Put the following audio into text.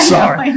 Sorry